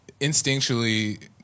instinctually